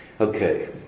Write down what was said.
Okay